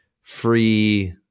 free